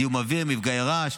זיהום אוויר ומפגעי רעש,